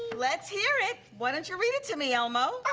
let's hear it. why don't you read it to me, elmo?